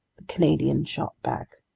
the canadian shot back,